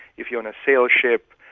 if you're and a sail ship,